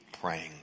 praying